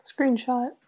Screenshot